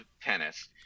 tennis